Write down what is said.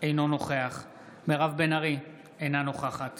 אינו נוכח מירב בן ארי, אינה נוכחת